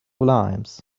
limes